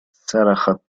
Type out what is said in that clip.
صرخت